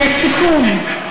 לסיכום,